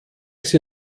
sie